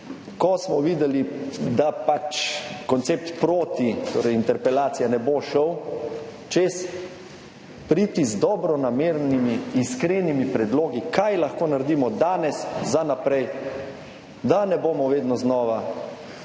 ko smo videli, da pač koncept proti, torej interpelacija, ne bo šel skozi, priti z dobronamernimi, iskrenimi predlogi, kaj lahko naredimo danes za naprej, da ne bomo vedno znova